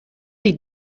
les